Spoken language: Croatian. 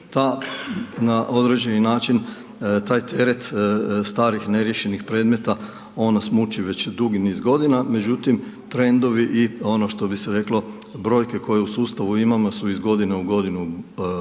na određeni način taj teret starih neriješenih predmeta, on nas muči već dugi niz godina, međutim, trendovi i ono što bi se reklo, brojke koje u sustavu imamo su iz godine u godinu bolje.